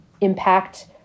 impact